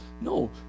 No